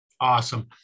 Awesome